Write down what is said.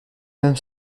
même